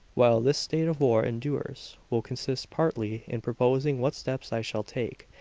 while this state of war endures, will consist partly in proposing what steps i shall take,